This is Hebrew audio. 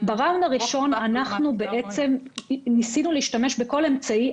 בסיבוב הראשון ניסינו להשתמש בכל אמצעי,